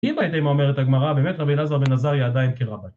אם הייתי מאומר את הגמרא, באמת רבי נאזון בנאזריה עדיין קירה בית.